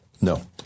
no